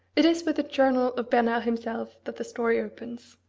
it is with the journal of bernard himself that the story opens,